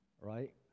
right